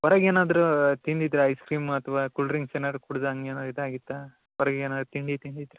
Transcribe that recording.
ಹೊರ್ಗೆನಾದ್ರೂ ತಿಂದಿದ್ರ ಐಸ್ಕ್ರಿಮ್ ಅಥ್ವ cool drinks ಏನಾದರು ಕುಡ್ದು ಹಾಗೇನು ಇದಾಗಿತ್ತಾ ಹೊರ್ಗೆನಾದ್ರು ತಿಂಡಿ ತಿಂದಿದ್ರಾ